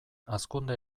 hazkunde